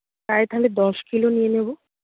তাই তাহলে দশ কিলো নিয়ে নেব